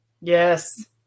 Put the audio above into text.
Yes